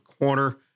corner